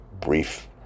brief